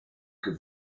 que